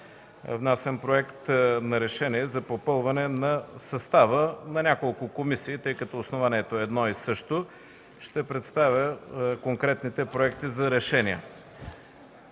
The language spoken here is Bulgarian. внасям Проект на решение за попълване на състава на няколко комисии, тъй като основанието е едно и също. Ще представя конкретните проекти за решения.